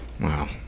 Wow